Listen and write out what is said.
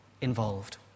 involved